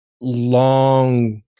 Long